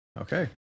Okay